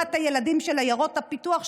לעומת הילדים של עיירות הפיתוח,